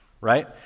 Right